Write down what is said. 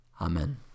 Amen